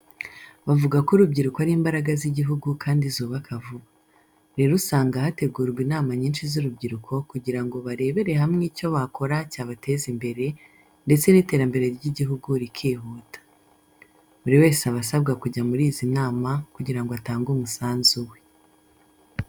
Bavuga ko urubyiruko ari imbaraga z'igihugu kandi zubaka vuba. Rero usanga hategurwa inama nyinshi z'urubyiruko kugira ngo barebere hamwe icyo bakora cyabateza imbere, ndetse n'iterambere ry'igihugu rikihuta. Buri wese aba asabwa kujya muri izi nama kugira ngo atange umusanzu we.